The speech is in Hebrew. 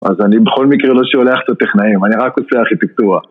אז אני בכל מקרה לא שולח את הטכנאים, אני רק עושה ארכיטקטורה.